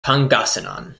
pangasinan